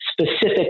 specific